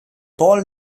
paul